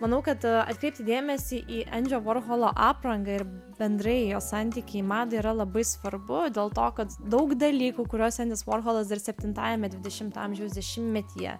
manau kad atkreipti dėmesį į endžio vorholo aprangą ir bendrai jo santykiai man yra labai svarbu dėl to kad daug dalykų kuriuos endis vorholas dar septintajame dvidešimto amžiaus dešimtmetyje